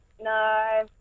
No